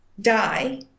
die